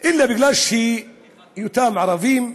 בגלל היותם ערבים,